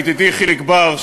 ידידי חיליק בר,